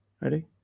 Ready